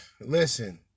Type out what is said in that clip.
Listen